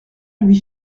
lui